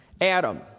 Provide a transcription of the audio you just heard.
Adam